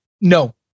No